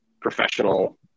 professional